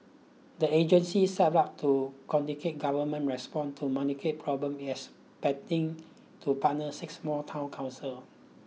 the agency set up to coordinate government response to municipal problems is expanding to partner six more town council